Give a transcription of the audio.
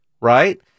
right